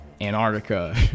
Antarctica